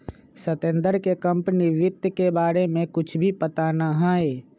सत्येंद्र के कंपनी वित्त के बारे में कुछ भी पता ना हई